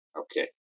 Okay